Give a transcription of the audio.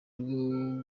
rwo